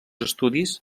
estudis